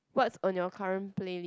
what's on your current play